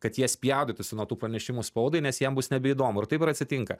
kad jie spjaudytųsi nuo tų pranešimų spaudai nes jiems bus nebeįdomu ir taip ir atsitinka